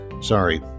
Sorry